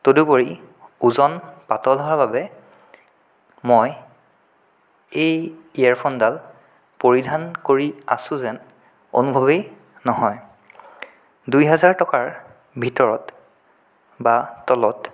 তদুপৰি ওজন পাতল হোৱাৰ বাবে মই এই ইয়েৰফোনডাল পৰিধান কৰি আছোঁ যেন অনুভৱেই নহয় দুহেজাৰ টকাৰ ভিতৰত বা তলত